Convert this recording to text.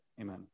amen